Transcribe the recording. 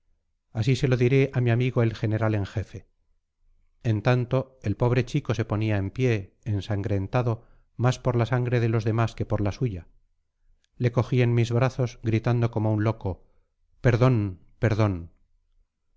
así se lo diré a mi amigo el general en jefe en tanto el pobre chico se ponía en pie ensangrentado más por la sangre de los demás que por la suya le cogí en mis brazos gritando como un loco perdón perdón